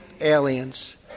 aliens